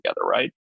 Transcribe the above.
right